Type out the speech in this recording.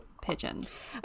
pigeons